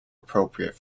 appropriate